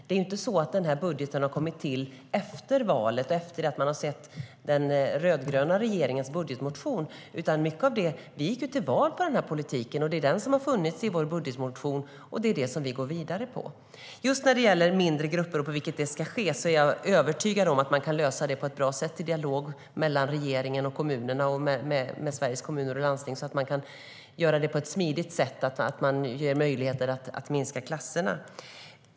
Den här budgeten har inte kommit till efter valet och efter att man har sett den rödgröna regeringens budgetmotion, utan vi gick till val på denna politik. Den har funnits i vår budgetmotion, och det är den vi går vidare med. När det gäller hur detta med mindre grupper ska kunna bli verklighet är jag övertygad om att man kan lösa det på ett bra sätt i dialog mellan regeringen, kommunerna och Sveriges Kommuner och Landsting, så att man får möjlighet att minska klasserna.